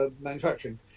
Manufacturing